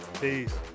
Peace